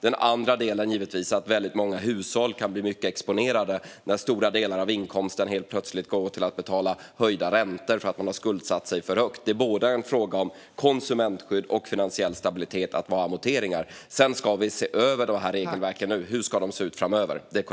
Sedan kan givetvis många hushåll bli mycket exponerade när stora delar av inkomsten helt plötsligt går till att betala höjda räntor därför att de har skuldsatt sig för högt. Att vi har amorteringar är en fråga om både konsumentskydd och finansiell stabilitet. Sedan är det korrekt att vi ska se över hur regelverken ska se ut framöver.